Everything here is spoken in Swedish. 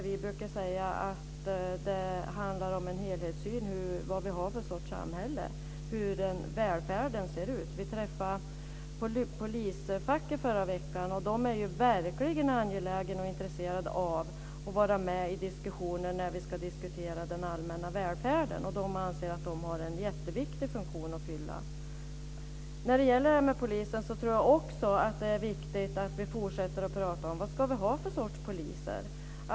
Vi brukar säga att det handlar om en helhetssyn: vad vi har för sorts samhälle och hur välfärden ser ut. Vi träffade polisfacket förra veckan, och där är man verkligen angelägen och intresserad av att vara med i diskussionen om den allmänna välfärden. De anser att de har en jätteviktig funktion att fylla. Jag tror också att det är viktigt att vi fortsätter att prata om vad vi ska ha för sorts poliser.